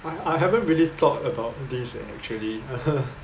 I I haven't really thought about this leh actually